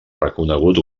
reconegut